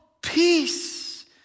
peace